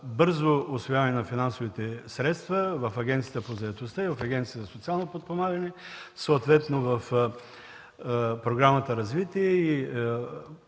бързо усвояване на финансовите средства – в Агенцията по заетостта и в Агенцията за социално подпомагане, съответно в Програмата „Развитие” и